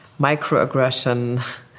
microaggression